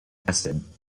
acid